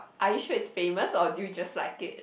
are you sure it's famous or do you just like it